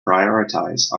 prioritize